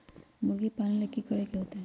मुर्गी पालन ले कि करे के होतै?